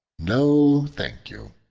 no, thank you.